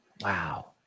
Wow